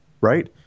right